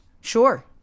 sure